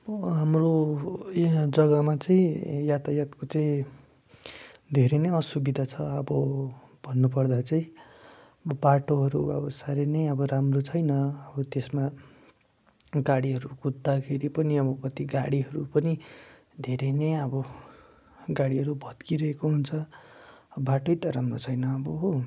हाम्रो यहाँ जग्गामा चाहिँ यातायातको चाहिँ धेरै नै असुविधा छ अब भन्नुपर्दा चाहिँ बाटोहरू अब साह्रै नै अब राम्रो छैन अब त्यसमा गाडीहरू कुद्दाखेरि पनि अब कति गाडीहरू पनि धेरै नै अब गाडीहरू भत्किरहेको हुन्छ बाटै त राम्रो छैन अब हो